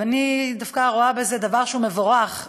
ואני דווקא רואה בזה דבר שהוא מבורך,